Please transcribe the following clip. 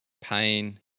pain